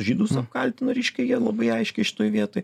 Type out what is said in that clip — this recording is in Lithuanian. žydus apkaltino reiškia jie labai aiškiai šitoj vietoj